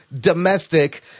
domestic